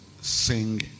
sing